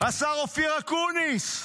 השר אופיר אקוניס.